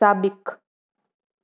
साबिक़ु